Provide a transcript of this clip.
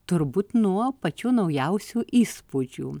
turbūt nuo pačių naujausių įspūdžių